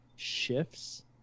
shifts